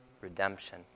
redemption